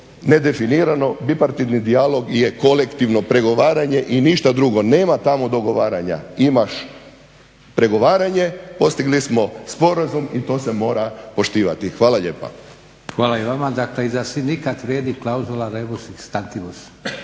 nedefinirano. Bipartitni dijalog je kolektivno pregovaranje i ništa drugo. Nema tamo dogovaranja. Imaš pregovaranje. Postigli smo sporazum i to se mora poštivati. Hvala lijepa. **Leko, Josip (SDP)** Hvala i vama. Dakle i za sindikat vrijedi klauzula rebus sic stantibus.